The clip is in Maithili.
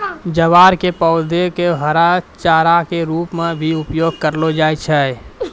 ज्वार के पौधा कॅ हरा चारा के रूप मॅ भी उपयोग करलो जाय छै